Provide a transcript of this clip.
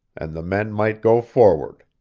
and the men might go forward.